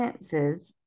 expenses